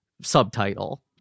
subtitle